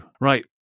Right